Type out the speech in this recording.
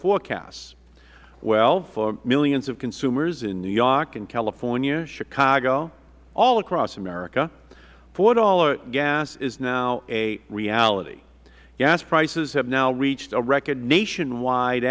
forecasts well for millions of consumers in new york and california chicago all across america four dollars gas is now a reality gas prices have now reached a record nationwide